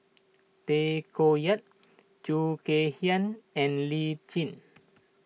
Tay Koh Yat Khoo Kay Hian and Lee Tjin